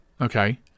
Okay